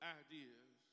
ideas